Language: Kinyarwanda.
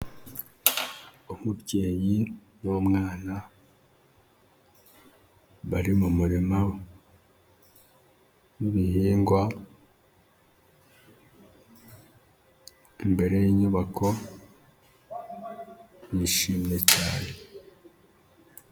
Umubyeyi n'umwana bari mu murima w'ibihingwa, imbere y'inyubako yishimye cyane.